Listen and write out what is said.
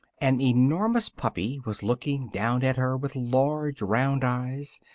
an enormous puppy was looking down at her with large round eyes,